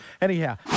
Anyhow